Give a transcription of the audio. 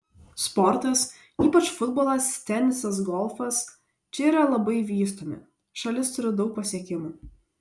sportas ypač futbolas tenisas golfas čia yra labai vystomi šalis turi daug pasiekimų